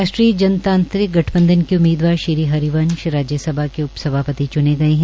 राष्ट्रीय जनतांत्रिक गठबंधन के उम्मीदवार श्री हरिवंश राज्यसभा के उप सभापति च्ने गये है